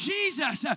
Jesus